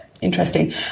interesting